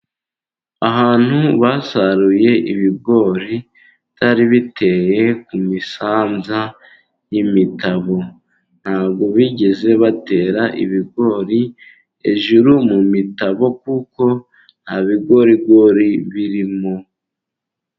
Ahantu basaruye ibigori byari biteye ku misanza y'imitabo. Ntabwo bigeze batera ibigori hejuru mu mitabo, kuko nta bigorigori birimo.